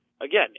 again